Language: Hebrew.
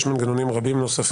יש מנגנונים רבים נוספים.